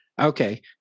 Okay